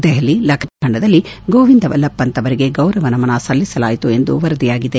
ದೆಹಲಿ ಲಖನೌ ಮತ್ತು ಉತ್ತರಾಖಂಡದಲ್ಲಿ ಗೋವಿಂದ ವಲ್ಲಭ ಪಂತ್ ಅವರಿಗೆ ಗೌರವ ನಮನ ಸಲ್ಲಿಸಲಾಯಿತು ಎಂದು ವರದಿಯಾಗಿದೆ